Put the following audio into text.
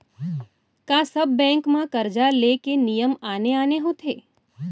का सब बैंक म करजा ले के नियम आने आने होथे?